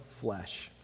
flesh